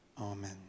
Amen